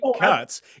cuts